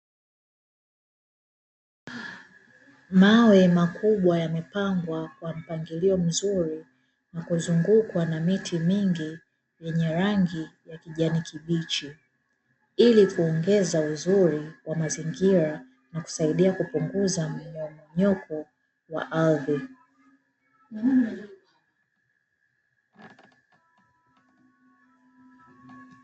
Mawe makubwa yamepangwa kwa mpangilio mzuri na kuzungukwa na miti mingi yenye rangi ya kijani kibichi, ili kuongeza uzuri wa mazingira na kusaidia kupunguza mmomonyoko wa ardhi.